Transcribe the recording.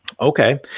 Okay